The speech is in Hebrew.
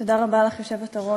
תודה רבה לך, היושבת-ראש.